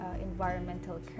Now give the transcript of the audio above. environmental